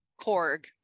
Korg